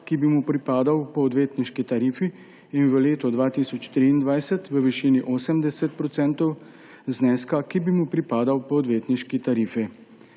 ki bi mu pripadal po odvetniški tarifi, in v letu 2023 v višini 80 % zneska, ki bi mu pripadal po odvetniški tarifi.